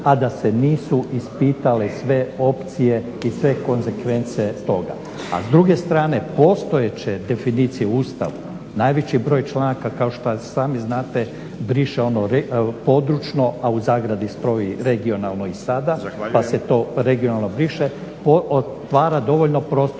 a da se nisu ispitale sve opcije i sve konzekvence toga. A s druge strane, postojeće definicije u Ustavu, najveći broj članaka kao što sami znate briše ono područno, a u zagradi stoji regionalno i sada pa se to regionalno briše, otvara dovoljno prostora